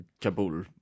Kabul